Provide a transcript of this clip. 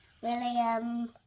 William